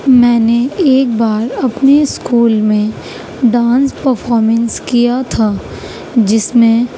میں نے ایک بار اپنے اسکول میں ڈانس پرفارمنس کیا تھا جس میں